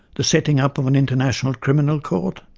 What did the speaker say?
the setting up of an international criminal court,